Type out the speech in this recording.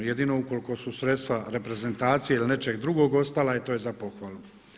Jedino ukoliko su sredstva reprezentacije ili nečeg drugog ostala, e to je za pohvalu.